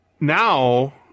now